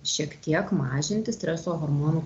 šiek tiek mažinti streso hormonų